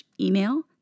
email